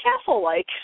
castle-like